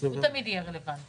הוא תמיד יהיה רלוונטי.